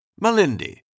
Malindi